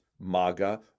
MAGA